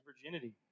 virginity